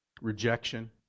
Rejection